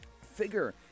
figure